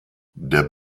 der